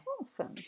Awesome